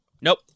Nope